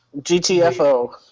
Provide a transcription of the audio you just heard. GTFO